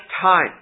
time